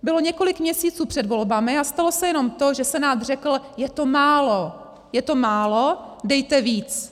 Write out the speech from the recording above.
Bylo několik měsíců před volbami a stalo se jenom to, že se nám řeklo je to málo, je to málo, dejte víc.